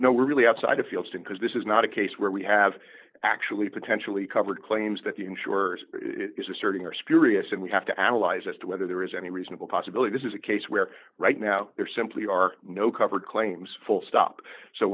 no we're really outside a field because this is not a case where we have actually potentially covered claims that the insurers is asserting or spurious and we have to analyze as to whether there is any reasonable possibility this is a case where right now there simply are no covered claims full stop so